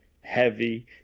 heavy